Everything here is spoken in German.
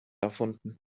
erfunden